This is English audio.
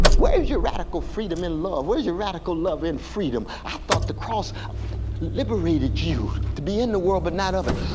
where is your radical freedom in love? what is your radical love in freedom? i thought the cross liberated you to be in the world but not of it.